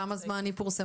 למשך כמה זמן היא פורסמה?